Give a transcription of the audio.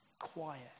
quiet